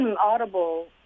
audible